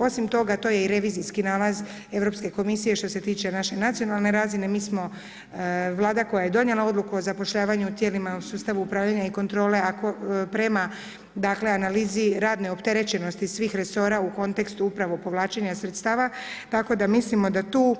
Osim toga, to je i revizijski nalaz Europske komisije što se tiče naše nacionalne razine mi smo Vlada koja je donijela odluka o zapošljavanju u tijelima u sustavu upravljanja i kontrole, a prema analizi radne opterećenosti svih resora u kontekstu upravo povlačenja sredstava tako da mislimo da tu